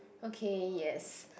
okay yes